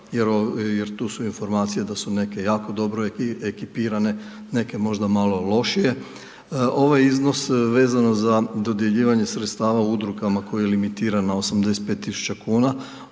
jer tu su informacije da su neke jako dobro ekipirane, neke možda malo lošije. Ovaj iznos vezano za dodjeljivanje sredstava Udrugama koje limitirano na 85.000,00 kn,